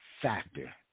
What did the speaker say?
factor